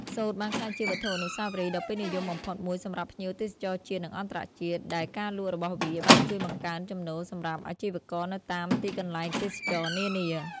សូត្របានក្លាយជាវត្ថុអនុស្សាវរីយ៍ដ៏ពេញនិយមបំផុតមួយសម្រាប់ភ្ញៀវទេសចរណ៍ជាតិ និងអន្តរជាតិ ដែលការលក់របស់វាបានជួយបង្កើនចំណូលសម្រាប់អាជីវករនៅតាមទីកន្លែងទេសចរណ៍នានា។